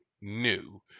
new